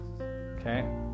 Okay